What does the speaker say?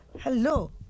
hello